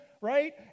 right